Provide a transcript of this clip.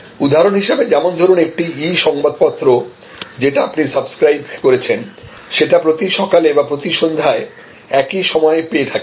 উদাহরণ হিসেবে যেমন ধরুন একটি ই সংবাদপত্র যেটা আপনি সাবস্ক্রাইব করেছেন সেটি প্রতি সকালে বা প্রতি সন্ধ্যায় একই সময়ে পেয়ে থাকেন